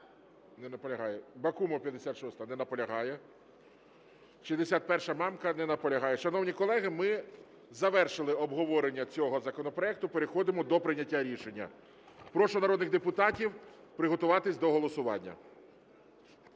Бакумов, 56-а. Не наполягає. 61-а, Мамка. Не наполягає. Шановні колеги, ми завершили обговорення цього законопроекту. Переходимо до прийняття рішення. Прошу народних депутатів приготуватись до голосування.